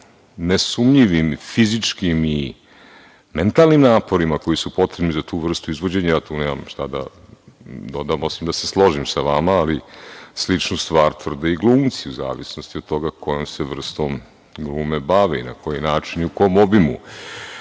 nesumnjivim fizičkim i mentalnim naporima koji su potrebni za tu vrstu izvođenja, ja tu nemam šta da dodam osim da se složim sa vama, ali sličnu stvar tvrde i glumci, u zavisnosti od toga kojom se vrstom glume bave i na koji način i u kom obimu.